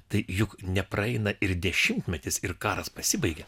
tai juk nepraeina ir dešimtmetis ir karas pasibaigia